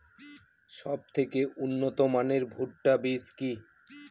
সবথেকে উন্নত মানের ভুট্টা বীজ কি?